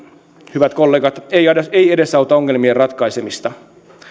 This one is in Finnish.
hyvät kollegat ei edesauta ongelmien ratkaisemista